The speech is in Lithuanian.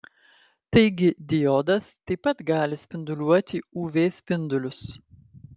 taigi diodas taip pat gali spinduliuoti uv spindulius